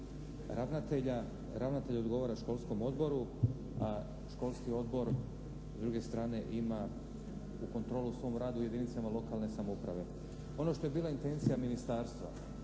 Ravnatelj odgovara školskom odboru a školski odbor s druge strane ima u kontrolu svom radu u jedinicama lokalne samouprave. Ono što je bila intencija ministarstva